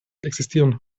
existieren